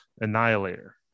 annihilator